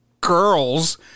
girls